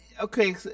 okay